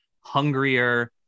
hungrier